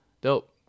Dope